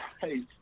hey